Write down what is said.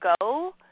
go